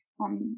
on